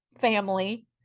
family